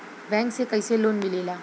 Bank से कइसे loan मिलेला?